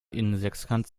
innensechskant